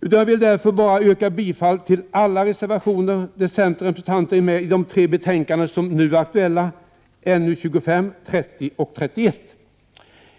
utan jag vill därför bara yrka bifall till alla reservationer där centerns representanter är medi de tre betänkanden som nu är aktuella, NU25, 30 och 31.